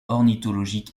ornithologique